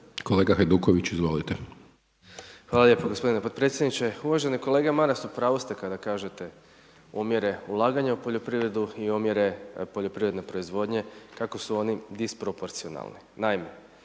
**Hajduković, Domagoj (SDP)** Hvala lijepo gospodine potpredsjedniče. Uvaženi kolega Maras, u pravu ste kada kažete, umire ulaganja u poljoprivredu i umire poljoprivredne proizvodnje, kako su oni disproporcionalni.